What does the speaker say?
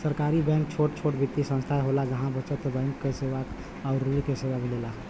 सहकारी बैंक छोट छोट वित्तीय संस्थान होला जहा बचत बैंक सेवा आउर ऋण क सेवा मिलेला